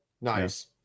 Nice